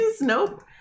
Nope